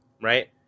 Right